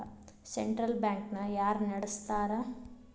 Central bank ನ ಯಾರ್ ನಡಸ್ತಾರ?